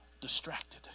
distracted